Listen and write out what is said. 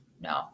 no